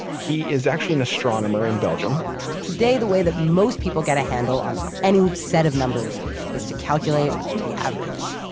he is actually an astronomer in belgium today the way that most people get a handle on any set of numbers is to calculate the average,